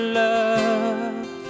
love